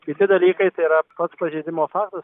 kiti dalykai tai yra pats pažeidimo faktas